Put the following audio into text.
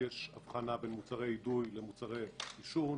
יש הבחנה בין מוצרי אידוי למוצרי עישון.